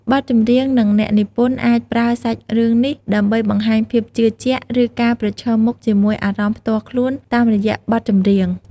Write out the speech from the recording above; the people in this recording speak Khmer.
អ្នកចម្រៀង និងអ្នកនិពន្ធអាចប្រើសាច់រឿងនេះដើម្បីបង្ហាញភាពជឿជាក់ ឬការប្រឈមមុខជាមួយអារម្មណ៍ផ្ទាល់ខ្លួនតាមរយៈបទចម្រៀង។